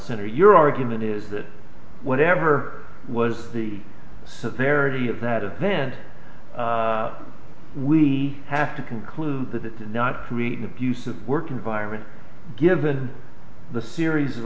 center your argument is that whatever was the severity of that event we have to conclude that it did not create an abusive work environment given the series of